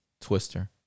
Twister